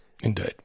indeed